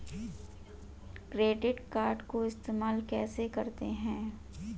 Credit card को इस्तेमाल कैसे करते हैं?